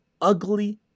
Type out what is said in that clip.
ugly